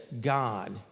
God